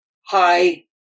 hi